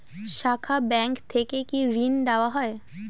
শাখা ব্যাংক থেকে কি ঋণ দেওয়া হয়?